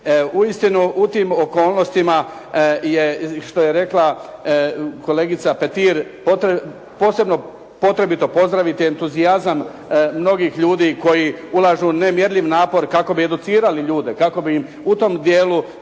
Uistinu, u tim okolnostima je, što je rekla kolegica Petir posebno potrebito pozdraviti entuzijazam mnogih ljudi koji ulažu nemjerljiv napor kako bi educirali ljude, kako bi im u tom dijelu